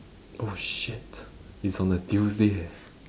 oh shit it's on a Tuesday eh